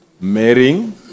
marrying